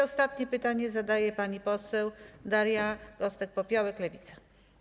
Ostatnie pytanie zadaje pani poseł Daria Gosek-Popiołek, Lewica.